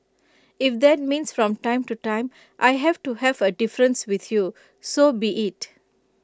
if that means from time to time I have to have A difference with you so be IT